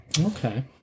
okay